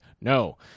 no